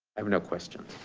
i have no questions.